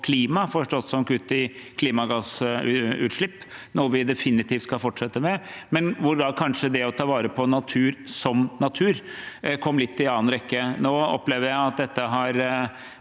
forstått som kutt i klimagassutslipp, noe vi definitivt skal fortsette med, mens det å ta vare på natur som natur kanskje kom litt i annen rekke. Nå opplever jeg at dette har